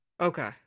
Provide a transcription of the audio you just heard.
okay